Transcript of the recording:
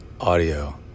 audio